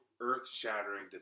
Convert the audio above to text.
earth-shattering